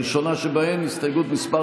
הראשונה שבהן, הסתייגות מס'